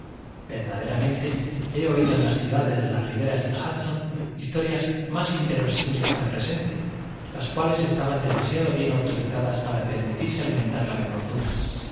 verdaderamente he oído en las ciudades de las riberas del hudson historias más inverosímiles que la presente las cuales estaban demasiado bien autorizadas para permitirse alimentar la menor duda